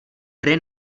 hry